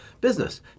business